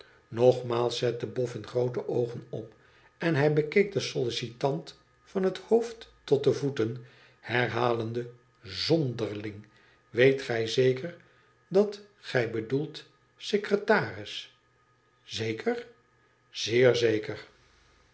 nogmaals zette bofün groote oogen op en hij bekeek den sollicitant van het hoofd tot de voeten herhalende t zonderling weet gij zeker dat gij bedoelt secretaris zeker zeer zeker